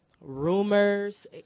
rumors